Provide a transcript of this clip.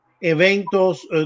Eventos